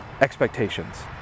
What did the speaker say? expectations